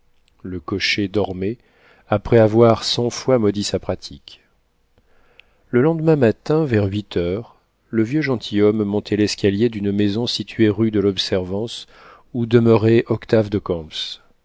le cocher dormait après avoir cent fois maudit sa pratique le lendemain matin vers huit heures le vieux gentilhomme montait l'escalier d'une maison située rue de l'observance où demeurait octave de